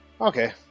Okay